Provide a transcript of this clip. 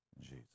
Jesus